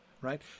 right